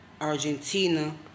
Argentina